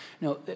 No